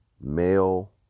male